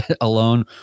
alone